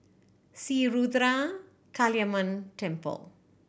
Sri Ruthra Kaliamman Temple